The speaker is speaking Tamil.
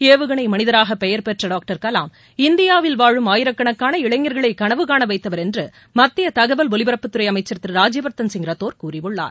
ஏவுகணை மனிதராக பெயர்பெற்ற டாக்டர் கலாம் இந்தியாவின் வாழும் ஆயிரக்கணக்கான இளைஞர்களை கனவுகாண வைத்தவர் என்று மத்திய தகவல் ஒலிபரப்புத்துறை அமைச்சர் திரு ராஜ்யவர்தன் சிங் ரத்தோர் கூறியுள்ளார்